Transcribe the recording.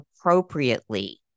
appropriately